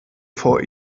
vor